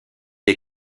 les